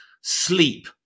sleep